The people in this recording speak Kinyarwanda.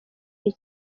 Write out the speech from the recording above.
iyi